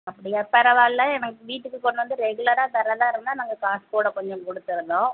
அப்படியா பரவாயில்லை எனக்கு வீட்டுக்கு கொண்டு வந்து ரெகுலராக தர்றதாக இருந்தால் நாங்கள் காசு கூட கொஞ்சம் கொடுத்துருதோம்